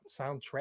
soundtrack